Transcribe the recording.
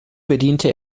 bediente